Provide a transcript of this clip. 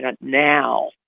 now